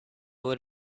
would